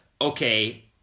okay